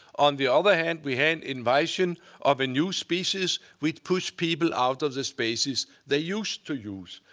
on the other hand, we had invasion of a new species which pushed people out of the spaces they used to use.